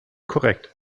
korrekt